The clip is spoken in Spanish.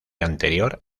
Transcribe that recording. anterior